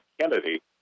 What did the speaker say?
Kennedy